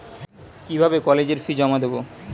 কিভাবে কলেজের ফি জমা দেবো?